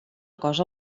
cosa